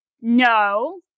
no